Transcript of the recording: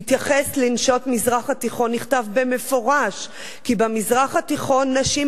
בהתייחס לנשות המזרח התיכון נכתב במפורש כי במזרח התיכון נשים